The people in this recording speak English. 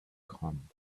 come